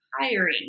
hiring